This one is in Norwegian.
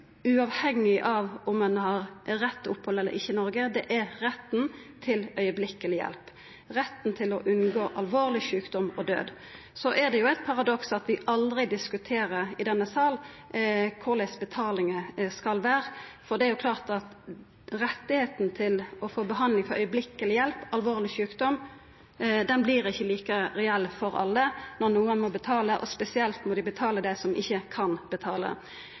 uavhengig av om ein har rett til opphald i Noreg eller ikkje, er strakshjelp, retten til å unngå alvorleg sjukdom og død. Det er eit paradoks at vi aldri i denne salen diskuterer korleis betalinga skal vera, for det er klart at retten til å få behandling for strakshjelp, alvorleg sjukdom, vert ikkje like reell for alle når nokon må betala – og spesielt når dei som ikkje kan